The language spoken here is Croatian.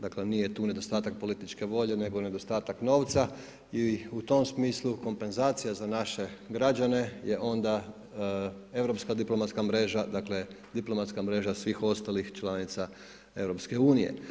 Dakle, nije tu nedostatak političke volje, nego nedostatak novca i u tom smislu kompenzacija za naše građane je onda europska diplomatska mreža, dakle, diplomatska mreža svih ostalih članica EU.